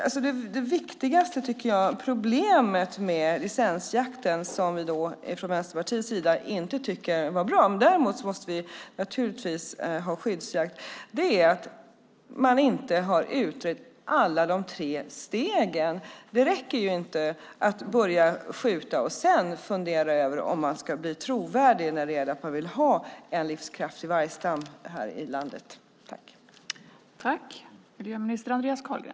Det största problemet, tycker jag, med licensjakten - som vi från Vänsterpartiet inte tycker var bra, däremot måste vi naturligtvis ha skyddsjakt - är att man inte har utrett alla de tre stegen. Det räcker inte att börja skjuta och sedan fundera över om man ska bli trovärdig när det gäller att vilja ha en livskraftig vargstam här i landet.